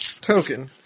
token